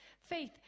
faith